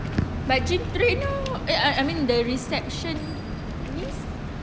but gym trainer I I mean the receptionist